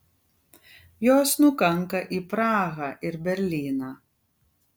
jos nukanka į prahą ir berlyną